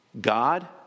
God